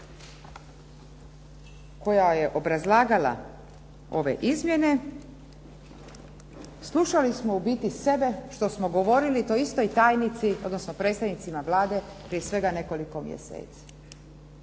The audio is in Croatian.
koja je obrazlagala ove izmjene slušali smo u biti sebe što smo govorili toj istoj tajnici, odnosno predstavnicima Vlade prije svega nekoliko mjeseci,